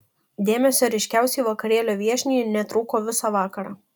dėmesio ryškiausiai vakarėlio viešniai netrūko visą vakarą